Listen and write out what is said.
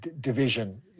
division